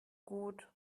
gut